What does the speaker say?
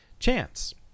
chance